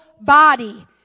body